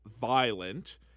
violent